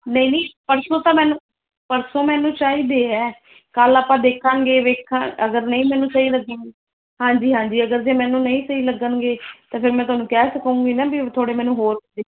ਨਹੀਂ ਨਹੀਂ ਪਰਸੋਂ ਤਾਂ ਮੈਨੂੰ ਪਰਸੋਂ ਮੈਨੂੰ ਚਾਹੀਦੇ ਹੈ ਕੱਲ੍ਹ ਆਪਾਂ ਦੇਖਾਂਗੇ ਵੇਖਾ ਅਗਰ ਨਹੀਂ ਮੈਨੂੰ ਸਹੀ ਲੱਗੇ ਹਾਂਜੀ ਹਾਂਜੀ ਅਗਰ ਜੇ ਮੈਨੂੰ ਨਹੀਂ ਸਹੀ ਲੱਗਣਗੇ ਤਾਂ ਫਿਰ ਮੈਂ ਤੁਹਾਨੂੰ ਕਹਿ ਸਕੂੰਗੀ ਨਾ ਵੀ ਥੋੜ੍ਹੇ ਮੈਨੂੰ ਹੋਰ